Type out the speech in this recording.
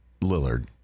Lillard